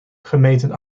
gemeten